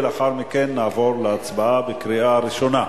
ולאחר מכן נעבור להצבעה בקריאה ראשונה.